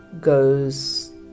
goes